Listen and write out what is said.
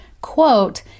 quote